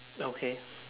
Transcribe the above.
okay